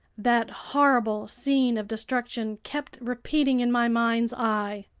that horrible scene of destruction kept repeating in my mind's eye.